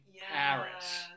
Paris